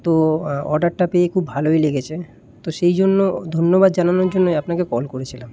তো অর্ডারটা পেয়ে খুব ভালোই লেগেছে তো সেই জন্য ধন্যবাদ জানানোর জন্যই আপনাকে কল করেছিলাম